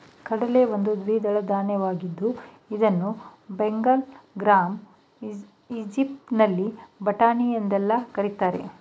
ಕಡಲೆ ಒಂದು ದ್ವಿದಳ ಧಾನ್ಯವಾಗಿದ್ದು ಇದನ್ನು ಬೆಂಗಲ್ ಗ್ರಾಂ, ಈಜಿಪ್ಟಿಯನ್ ಬಟಾಣಿ ಎಂದೆಲ್ಲಾ ಕರಿತಾರೆ